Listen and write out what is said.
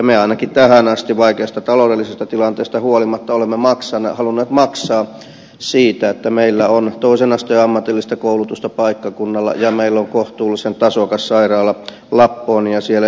me ainakin tähän asti vaikeasta taloudellisesta tilanteesta huolimatta olemme halunneet maksaa siitä että meillä on toisen asteen ammatillista koulutusta paikkakunnalla ja meillä on kohtuullisen tasokas sairaala lapponia siellä